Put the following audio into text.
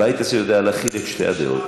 הבית הזה יודע להכיל את שתי הדעות.